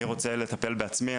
אני רוצה לטפל בעצמי.